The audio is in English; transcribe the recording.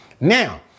now